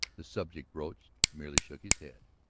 the subject broached, merely shook his head.